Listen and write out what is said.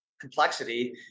complexity